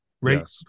right